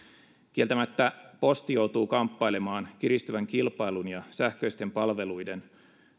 kieltämättä posti joutuu kamppailemaan kiristyvän kilpailun ja sähköisten palveluiden